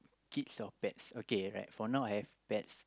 kids or pets okay right for now I have pets